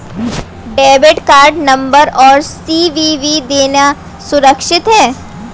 Debit card number और CVV देना सुरक्षित है?